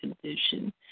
condition